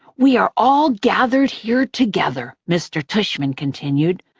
we are all gathered here together, mr. tushman continued,